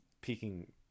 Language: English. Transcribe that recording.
peaking